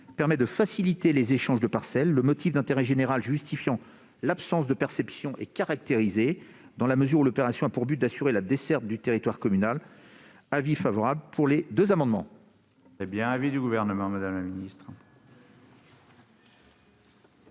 permet de faciliter les échanges de parcelles. Le motif d'intérêt général justifiant l'absence de perception est caractérisé, dans la mesure où l'opération a pour but d'assurer la desserte du territoire communal. L'avis est favorable. Quel est l'avis du Gouvernement ? Ces amendements